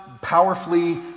powerfully